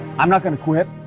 i'm not gonna quit.